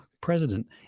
president